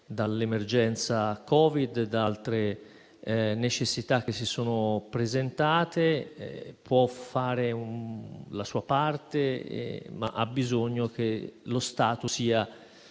dall'emergenza Covid e da altre necessità che si sono presentate. Può fare la sua parte, ma ha bisogno che lo Stato sia